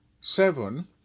seven